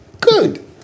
Good